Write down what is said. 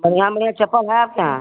बढ़ियाँ बढ़ियाँ चप्पल है आपके यहाँ